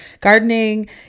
Gardening